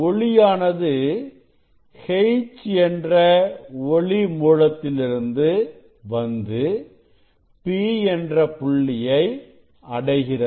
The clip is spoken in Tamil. ஒளியானது H என்ற ஒளி மூலத்திலிருந்து வந்து P என்ற புள்ளியை அடைகிறது